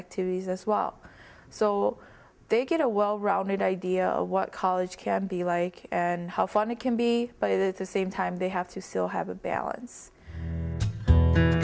activities as well so they get a well rounded idea of what college can be like and how fun it can be but the same time they have to still have a balance